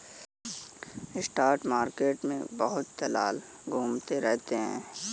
spot market में बहुत दलाल घूमते रहते हैं